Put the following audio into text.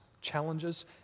challenges